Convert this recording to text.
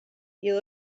you